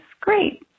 great